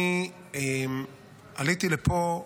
אני עליתי לפה,